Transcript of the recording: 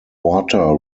water